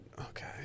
Okay